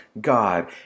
God